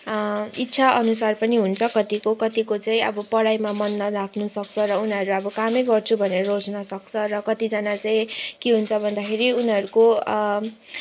इच्छा अनुसार पनि हुन्छ कतिको कतिको चाहिँ अब पढाइमा मन नलाग्नु सक्छ र उनीहरू अब कामै गर्छु भनेर रोज्नसक्छ कतिजना चाहिँ के हुन्छ भन्दाखेरि उनीहरूको